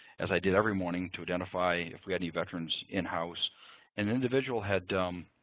as i did every morning, to identify if we had any veterans in-house. an individual had